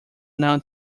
now